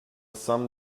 some